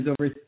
over